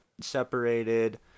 separated